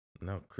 No